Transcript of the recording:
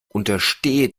unterstehe